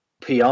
pr